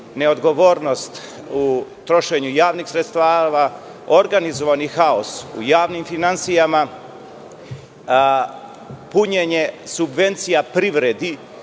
neodgovornost u trošenju javnih sredstava, organizovani haos u javnim finansijama, punjenje subvencija privredi,